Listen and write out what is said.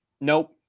Nope